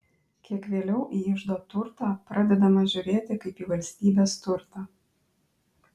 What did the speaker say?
kiek vėliau į iždo turtą pradedama žiūrėti kaip į valstybės turtą